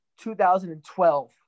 2012